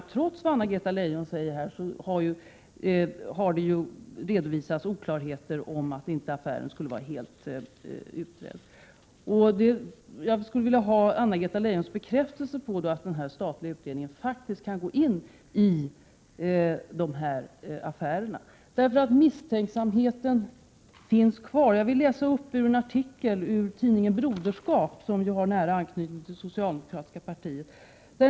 Trots vad Anna-Greta Leijon här säger har det ju redovisats oklarheter — att affären inte skulle vara helt utredd. Jag skulle vilja få Anna-Greta Leijons bekräftelse på att den statliga utredningen faktiskt kan gå in och undersöka dessa affärer. Misstänksamheten finns nämligen kvar. Jag vill citera ur en artikel i tidningen Broderskap, som ju har nära anknytning till det socialdemokratiska partiet.